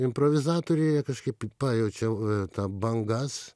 improvizatoriai jie kažkaip pajaučia tą bangas